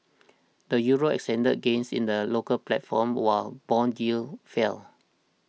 the Euro extended gains in the local platform while bond yields fell